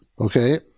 okay